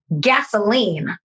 gasoline